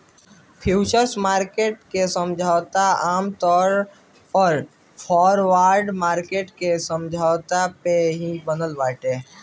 futures market के समझौता आमतौर पअ फॉरवर्ड मार्किट के समझौता पे ही बनल बाटे